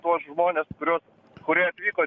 tuos žmones kuriuos kurie atvyko